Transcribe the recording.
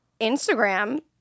Instagram